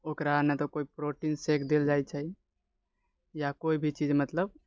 ओकरा नहि तऽ कोइ प्रोटीन शेक देल जाइ छै या कोइ भी चीज मतलब